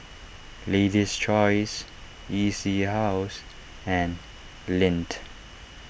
Lady's Choice E C House and Lindt